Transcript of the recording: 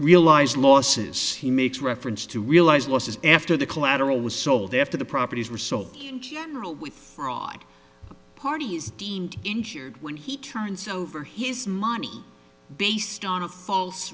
realize losses he makes reference to realize losses after the collateral was sold after the properties were sold in general with fraud parties deemed insured when he turns over his money based on a false